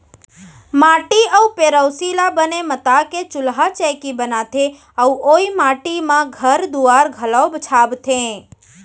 माटी अउ पेरोसी ल बने मता के चूल्हा चैकी बनाथे अउ ओइ माटी म घर दुआर घलौ छाबथें